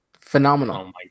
Phenomenal